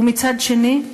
ומצד שני,